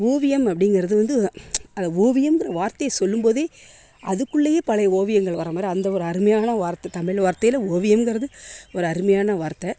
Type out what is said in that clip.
ஓவியம் அப்டிங்கிறது வந்து அத ஓவியம்ன்ற வார்த்தைய சொல்லும்போதே அதுக்குள்ளையே பல ஓவியங்கள் வர மாதிரி அந்த ஒரு அருமையான வார்த்தை தமிழ் வார்த்தையில் ஓவியம்ங்கிறது ஒரு அருமையான வார்த்தை